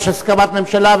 יש הסכמת ממשלה,